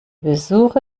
besuch